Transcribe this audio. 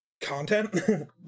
content